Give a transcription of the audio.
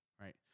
right